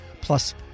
Plus